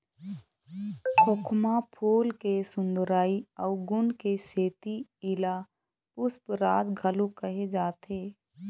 खोखमा फूल के सुंदरई अउ गुन के सेती एला पुस्पराज घलोक कहे जाथे